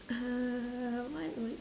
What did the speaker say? uh what would